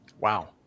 Wow